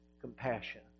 compassion